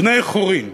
בני-חורין,